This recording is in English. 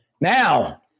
Now